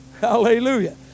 Hallelujah